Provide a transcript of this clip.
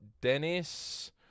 Dennis